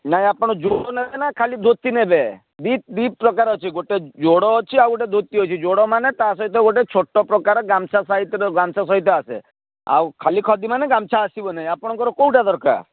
ନାହିଁ ଆପଣ ଜୋଡ଼ ନେବେନା ଖାଲି ଧୋତି ନେବେ ଦୂଇ ଦୁଇ ପ୍ରକାର ଅଛି ଗୋଟେ ଜୋଡ଼ ଅଛି ଆଉ ଗୋଟେ ଧୋତି ଅଛି ଜୋଡ଼ ମାନେ ତାସହିତ ଗୋଟେ ଛୋଟ ପ୍ରକାର ଗାମୁଛା ଗାମୁଛା ସହିତ ଆସେ ଆଉ ଖାଲି ଖଦି ମାନେ ଗାମୁଛା ଆସିବନି ଆପଣଙ୍କର କେଉଁଟା ଦରକାର